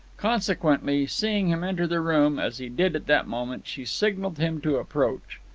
consequently, seeing him enter the room, as he did at that moment, she signalled him to approach.